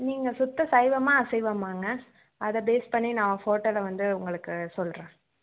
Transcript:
நீங்கள் சுத்த சைவமா அசைவமாங்க அதை பேஸ் பண்ணி நான் ஹோட்டலை வந்து உங்களுக்கு சொல்லுறேன்